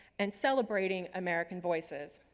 and celebrating american voices.